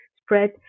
spread